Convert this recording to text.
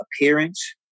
appearance